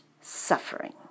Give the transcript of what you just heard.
suffering